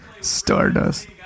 Stardust